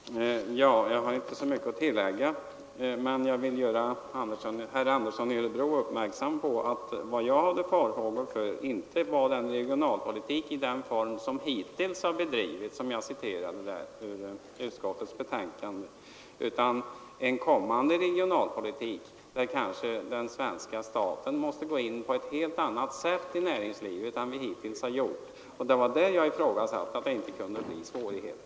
Herr talman! Jag har inte mycket att tillägga, men jag vill göra herr Andersson i Örebro uppmärksam på att vad jag hade farhågor för inte var regionalpolitik i den form som den hittills har bedrivits utan en kommande regionalpolitik, där den svenska staten kanske måste gå in på ett helt annat sätt i näringslivet än hittills. Det var på den punkten jag ifrågasatte att det kunde bli svårigheter.